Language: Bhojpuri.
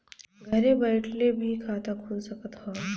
घरे बइठले भी खाता खुल सकत ह का?